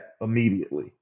immediately